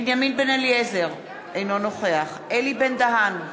בנימין בן-אליעזר, אינו נוכח אלי בן-דהן,